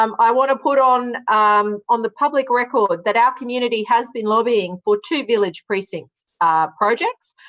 um i want to put on um on the public record that our community has been lobbying for two village precincts projects,